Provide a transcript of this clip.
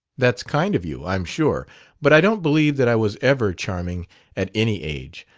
that's kind of you, i'm sure but i don't believe that i was ever charming at any age.